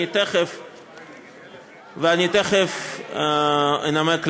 ואני תכף אנמק למה: